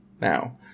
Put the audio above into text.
now